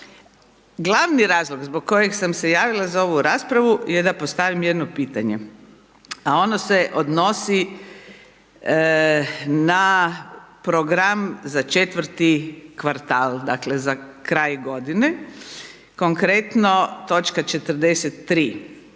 Glavni razlog zbog kojeg sam se javila za ovu raspravu je da postavim jedno pitanje a ono se odnosi na program za četvrti kvartal, dakle za kraj godine, konkretno točka 43